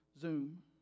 Zoom